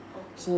okay